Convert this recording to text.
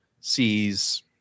sees